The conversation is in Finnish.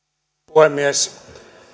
puhemies